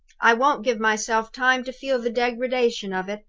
i won't give myself time to feel the degradation of it,